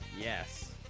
Yes